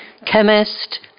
chemist